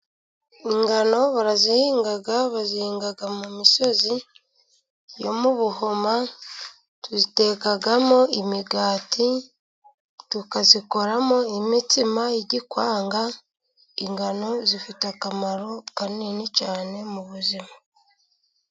Ingano barazihinga, bazihinga mu misozi yo mu Buhoma, tuzitekamo imigati, tukazikoramo imitsima y' igikwanga, ingano zifite akamaro kanini cyane mu buzima.